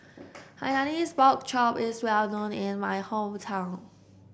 Hainanese Pork Chop is well known in my hometown